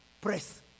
Press